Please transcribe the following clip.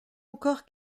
encore